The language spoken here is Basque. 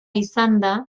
izanda